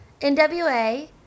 NWA